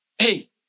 Hey